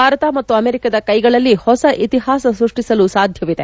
ಭಾರತ ಮತ್ತು ಅಮೆರಿಕದ ಕೈಗಳಲ್ಲಿ ಹೊಸ ಇತಿಹಾಸ ಸೃಷ್ಟಿಸಲು ಸಾಧ್ಯವಿದೆ